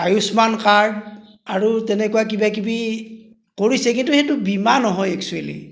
Ayushman card আৰু তেনে কিবাকিবি কৰিছে কিন্তু সেইটো বীমা নহয় একছুৱেলী